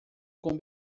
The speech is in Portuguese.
com